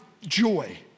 joy